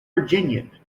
virginian